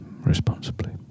responsibly